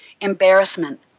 embarrassment